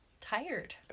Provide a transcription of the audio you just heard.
tired